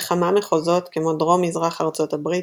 בכמה מחוזות, כמו דרום-מזרח ארצות הברית,